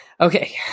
Okay